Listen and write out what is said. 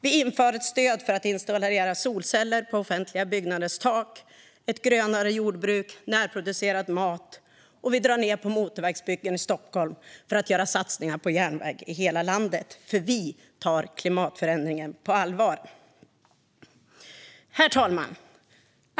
Vi inför ett stöd för installation av solceller på offentliga byggnaders tak. Stöd ges också till ett grönare jordbruk och närproducerad mat. Vi drar ned på motorvägsbyggen i Stockholm för att göra satsningar på järnväg i hela landet, för vi tar klimatförändringen på allvar. Herr talman!